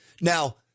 Now